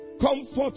comfort